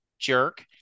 jerk